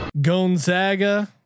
Gonzaga